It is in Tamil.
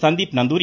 சந்தீப் நந்தூரி